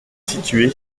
situé